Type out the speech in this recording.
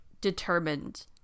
determined